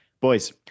Boys